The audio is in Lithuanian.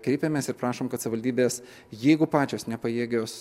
kreipiamės ir prašom kad savivaldybės jeigu pačios nepajėgios